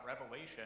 Revelation